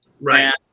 Right